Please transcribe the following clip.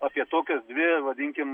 apie tokias dvi vadinkim